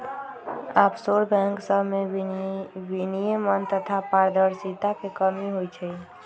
offshore bank सभमें विनियमन तथा पारदर्शिता के कमी होइ छइ